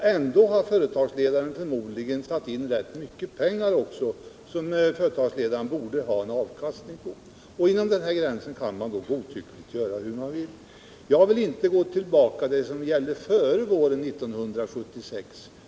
Ändå har företagsledaren förmodligen satt in rätt mycket pengar som han borde få avkastning på. Inom den här gränsen kan man då godtyckligt göra hur man vill. Jag vill inte gå tillbaka till det som gällde före våren 1976.